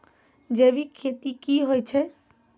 जैविक खेती की होय छै?